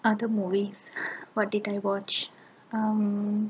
other movies what did I watch um